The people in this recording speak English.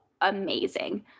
amazing